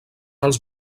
els